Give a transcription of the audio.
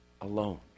alone